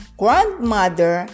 grandmother